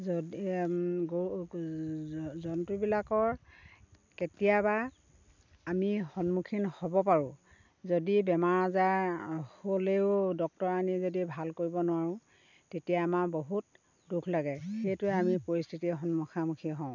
যদি গৰু জন্তুবিলাকৰ কেতিয়াবা আমি সন্মুখীন হ'ব পাৰোঁ যদি বেমাৰ আজাৰ হ'লেও ডক্টৰ আনি যদি ভাল কৰিব নোৱাৰোঁ তেতিয়া আমাৰ বহুত দূখ লাগে সেইটোৱে আমি পৰিস্থিতিৰ মুখামুখি হওঁ